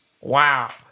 Wow